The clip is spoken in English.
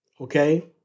okay